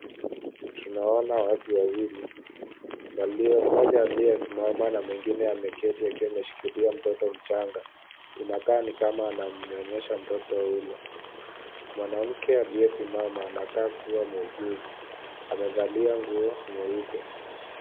Tunaoana watu wawili walio mmoja aliye simama na mwingine ameketi akiwa ameshikilia mtoto mchanga. Inakaa ni kama anamnyonyesha mtoto ule. Mwanamke aliye simama anakaa kuwa muuguzi. Amevalia nguo nyeupe.